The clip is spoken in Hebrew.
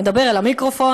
מדבר אל המיקרופון,